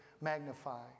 magnify